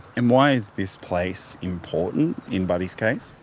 and why is this place important in buddy's case?